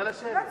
נא לשבת.